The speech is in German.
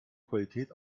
qualität